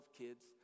kids